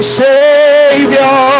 savior